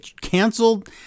canceled